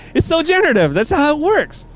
it's so generative. that's how it works.